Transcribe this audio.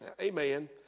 Amen